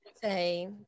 say